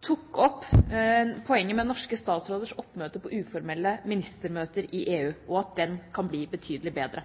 tok opp poenget med norske statsråders oppmøte på uformelle ministermøter i EU, og at det kan bli betydelig bedre.